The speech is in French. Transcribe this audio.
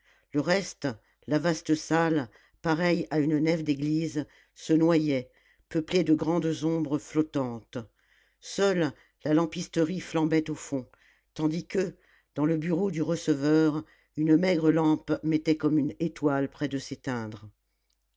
le reste la vaste salle pareille à une nef d'église se noyait peuplée de grandes ombres flottantes seule la lampisterie flambait au fond tandis que dans le bureau du receveur une maigre lampe mettait comme une étoile près de s'éteindre